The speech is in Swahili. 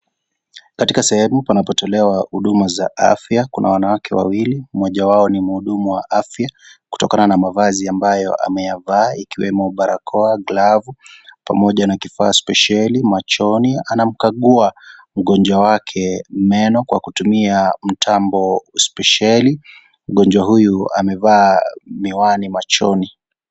Katika sehemu panapotelea huduma za afya. Kuna wanawake wawili mmoja wao ni mhudumu wa afya. Kutokana na mavazi ambayo ameyavaa ikiwemo barakoa, glavu pamoja na kifaa spesheli. Machoni anamkagua mgonjwa wake meno kwa kutumia mtambo spesheli. Mgonjwa huyu amevaa miwani machoni.